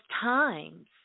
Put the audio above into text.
times